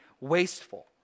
wasteful